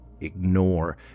Ignore